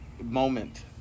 moment